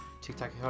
TikTok